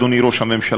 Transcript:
אדוני ראש הממשלה,